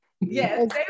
Yes